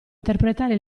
interpretare